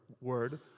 word